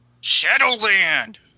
Shadowland